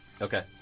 Okay